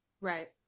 Right